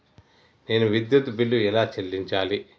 నేను విద్యుత్ బిల్లు ఎలా చెల్లించాలి?